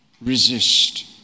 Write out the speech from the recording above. resist